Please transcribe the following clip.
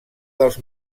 dels